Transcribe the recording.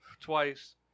twice